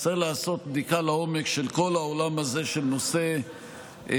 צריך לעשות בדיקה לעומק של כל העולם הזה של נושא הגזענות